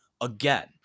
again